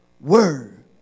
word